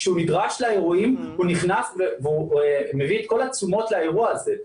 כשהוא נדרש לאירועים הוא נכנס והוא מביא את כל התשומות לאירוע הזה.